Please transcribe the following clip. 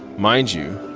mind you,